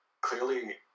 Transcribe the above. clearly